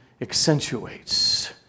accentuates